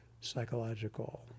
psychological